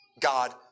God